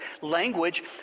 language